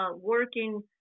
working